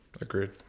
agreed